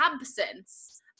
absence